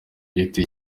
giti